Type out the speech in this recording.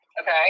Okay